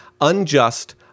unjust